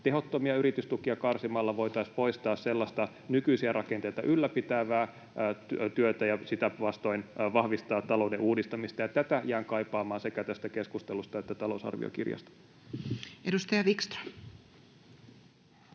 Tehottomia yritystukia karsimalla voitaisiin poistaa sellaista nykyisiä rakenteita ylläpitävää työtä ja sitä vastoin vahvistaa talouden uudistamista, ja tätä jään kaipaamaan sekä tästä keskustelusta että talousarviokirjasta. Edustaja Wickström.